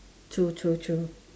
true true true